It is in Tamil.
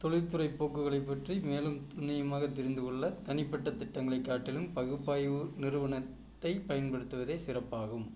தொழில்துறை போக்குகளைப் பற்றி மேலும் நுண்ணியமாகத் தெரிந்துக்கொள்ள தனிப்பட்ட திட்டங்களைக் காட்டிலும் பகுப்பாய்வு நிறுவனத்தைப் பயன்படுத்துவதே சிறப்பாகும்